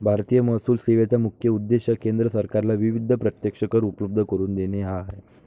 भारतीय महसूल सेवेचा मुख्य उद्देश केंद्र सरकारला विविध प्रत्यक्ष कर उपलब्ध करून देणे हा आहे